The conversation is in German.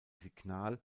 signal